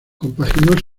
compaginó